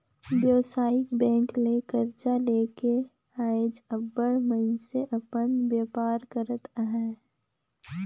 बेवसायिक बेंक ले करजा लेके आएज अब्बड़ मइनसे अपन बयपार करत अहें